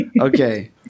Okay